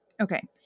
Okay